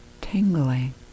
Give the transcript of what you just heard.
tingling